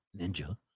ninja